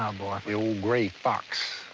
um boy. the ol' gray fox,